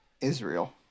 Israel